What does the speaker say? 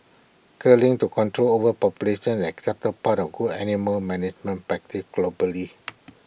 culling to control overpopulation accepted part of good animal management practice globally